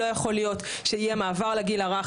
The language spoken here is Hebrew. לא יכול להיות שיהיה מעבר לגיל הרך